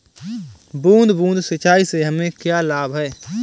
बूंद बूंद सिंचाई से हमें क्या लाभ है?